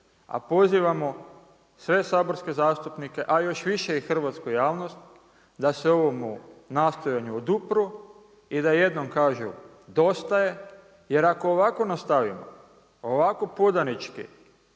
A pozivamo sve saborske zastupnike a još više i hrvatsku javnost da se ovomu nastojanju odupru i da jednom kažu dosta je jer ako ovako nastavimo, ovako podanički